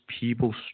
people